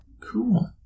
Cool